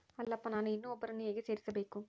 ಅಲ್ಲಪ್ಪ ನಾನು ಇನ್ನೂ ಒಬ್ಬರನ್ನ ಹೇಗೆ ಸೇರಿಸಬೇಕು?